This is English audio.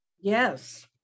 yes